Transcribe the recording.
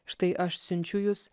štai aš siunčiu jus